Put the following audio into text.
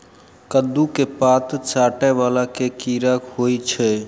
कद्दू केँ पात चाटय वला केँ कीड़ा होइ छै?